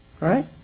Right